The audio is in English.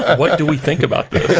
what do we think about